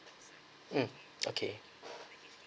um okay